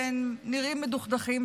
והם נראים מדוכדכים.